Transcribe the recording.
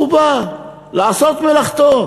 הוא בא לעשות מלאכתו.